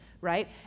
right